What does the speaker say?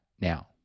now